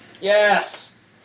Yes